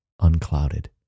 unclouded